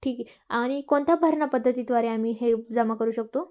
ठीक आहे आणि कोणत्या भरणा पद्धतीद्वारे आम्ही हे जमा करू शकतो